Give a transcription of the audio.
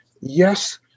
yes